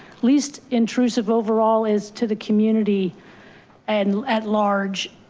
least intrusive overall is to the community and at large.